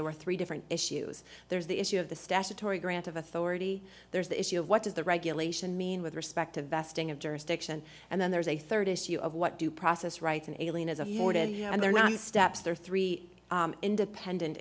there were three different issues there's the issue of the statutory grant of authority there's the issue of what does the regulation mean with respect of besting of jurisdiction and then there's a rd issue of what due process rights an alien as afforded and they're not steps they're three independent